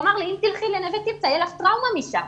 הוא אמר לי: אם תלכי ל'נווה תרצה' תהיה לך טראומה משם.